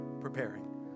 preparing